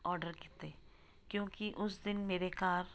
order ਕੀਤੇ ਕਿਉਂਕਿ ਉਸ ਦਿਨ ਮੇਰੇ ਘਰ